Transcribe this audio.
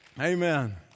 Amen